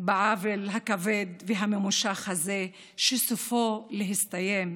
בעוול הכבד והממושך הזה, שסופו להסתיים,